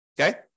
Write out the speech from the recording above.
Okay